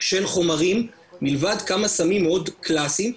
של חומרים מלבד כמה סמים מאוד קלאסיים,